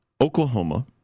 Oklahoma